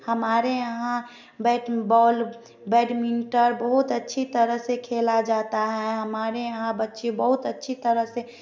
हमारे यहाँ बॉल भी बैडमिंटल बहुत अच्छी तरह से खेला जाता है हमारे यहाँ बच्चे बहुत अच्छी तरह से